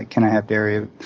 can i have dairy?